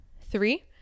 three